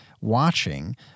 watching